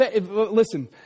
listen